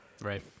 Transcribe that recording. Right